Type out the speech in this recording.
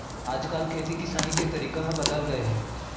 आज काल खेती किसानी के तरीका ह बदल गए हे